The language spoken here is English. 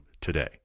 today